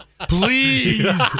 please